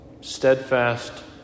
steadfast